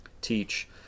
teach